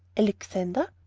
alexander!